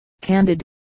candid